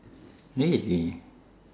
really